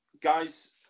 guys